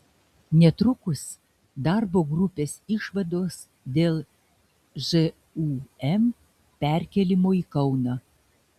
netrukus darbo grupės išvados dėl žūm perkėlimo į kauną